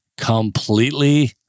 completely